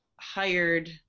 hired